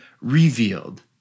revealed